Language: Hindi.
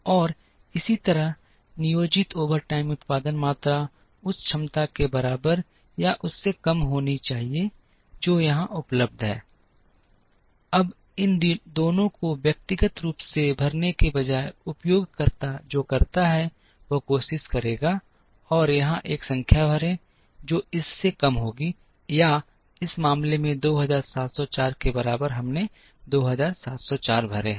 और इसी तरह नियोजित ओवरटाइम उत्पादन मात्रा उस क्षमता के बराबर या उससे कम होनी चाहिए जो यहां उपलब्ध है अब इन दोनों को व्यक्तिगत रूप से भरने के बजाय उपयोगकर्ता जो करता है वह कोशिश करेगा और यहां एक संख्या भरें जो इससे कम होगी या इस मामले में 2704 के बराबर हमने 2704 भरे हैं